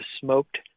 smoked